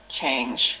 change